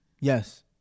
Yes